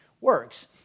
works